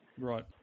Right